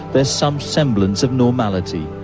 there is some semblance of normality.